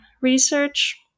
research